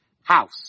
house